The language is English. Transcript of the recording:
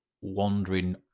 wandering